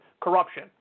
corruption